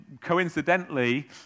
coincidentally